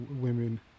women